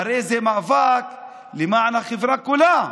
הרי זה מאבק למען החברה כולה,